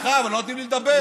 סליחה, אבל לא נותנים לי לדבר.